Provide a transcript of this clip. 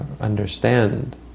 understand